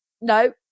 no